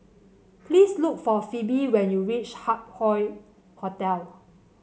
please look for Phoebe when you reach Hup Hoe Hotel